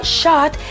shot